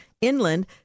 inland